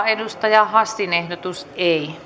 edustaja hassin ehdotusta